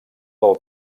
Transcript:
del